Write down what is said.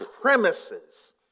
premises